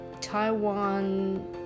Taiwan